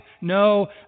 No